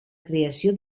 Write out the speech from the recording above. creació